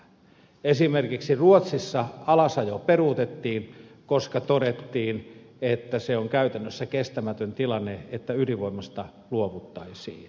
esimerkiksi ruotsissa alasajo peruutettiin koska todettiin että se on käytännössä kestämätön tilanne että ydinvoimasta luovuttaisiin